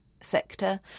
sector